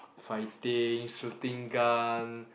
fighting shooting gun